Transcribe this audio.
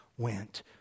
went